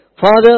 Father